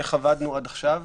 איך עבדנו עד עכשיו